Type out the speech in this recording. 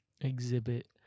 exhibit